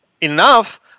enough